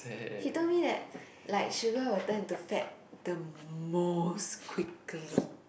she told me that like sugar will turn into fat the most quickly